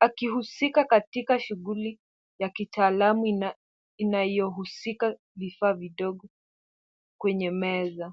akihusika katika shughuli ya kitaalamu inayohusika vifaa vidogo kwenye meza.